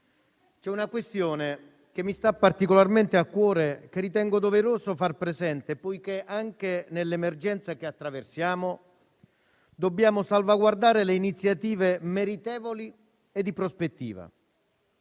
c'è una questione che mi sta particolarmente a cuore e che ritengo doveroso far presente, poiché anche nell'emergenza che attraversiamo dobbiamo salvaguardare le iniziative meritevoli e di prospettiva.